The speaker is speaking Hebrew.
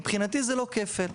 מבחינתי זה לא כפל,